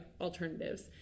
alternatives